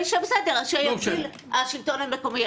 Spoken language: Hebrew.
אז שיגדיל השלטון המקומי.